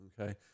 Okay